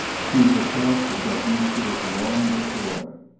she herself had got used to it long before.